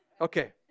okay